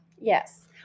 Yes